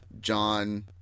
john